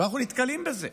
ואנחנו נתקלים בזה.